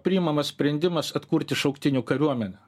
priimamas sprendimas atkurti šauktinių kariuomenę